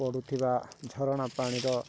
ପଡୁଥିବା ଝରଣା ପାଣିର